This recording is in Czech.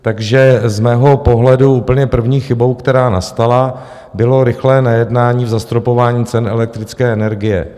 Takže z mého pohledu úplně první chybou, která nastala, bylo rychlé nejednání v zastropování cen elektrické energie.